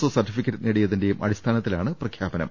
O certificate നേടി യതിന്റെയും അടിസ്ഥാനത്തിലാണ് പ്രഖ്യാപനം